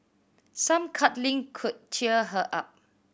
some cuddling could cheer her up